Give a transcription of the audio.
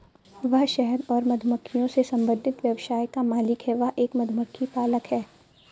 वह शहद और मधुमक्खियों से संबंधित व्यवसाय का मालिक है, वह एक मधुमक्खी पालक है